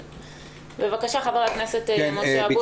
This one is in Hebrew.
בבקשה חבר הכנסת משה אבוטבול.